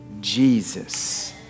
Jesus